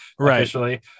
officially